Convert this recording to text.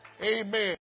Amen